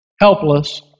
helpless